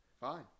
fine